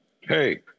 hey